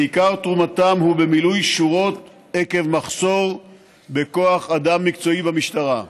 ועיקר תרומתם הוא במילוי שורות עקב מחסור בכוח אדם מקצועי במשטרה.